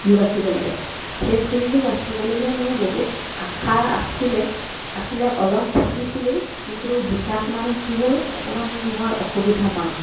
ফুল বাচিব লাগে সেই ফুলটো বাচিবলৈকে মোৰ বহুত আশা আছিলে আছিলে অলপ শিকিছিলোঁ কিন্তু শিকাত মানে কি হ'ল অকণমান মই অসুবিধা পাওঁ